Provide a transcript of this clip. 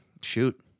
shoot